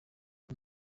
ati